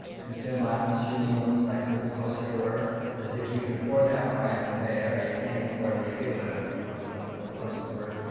consume less. you know, like, move closer to work, as if you could afford that where i am in the bay area. can't even afford where you do live, and much less move closer to work.